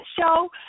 show